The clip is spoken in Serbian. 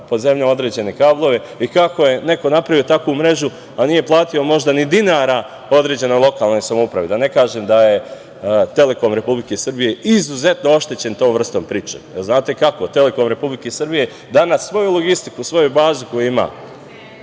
pod zemljom određene kablove i kako je neko napravio takvu mrežu, a nije platio možda ni dinara određenoj lokalnoj samoupravi, da ne kažem da je „Telekom“ Republike Srbije izuzetno oštećen tom vrstom priče. Znate kako, „Telekom“ Republike Srbije danas svoju logistiku, svoju bazu koju ima,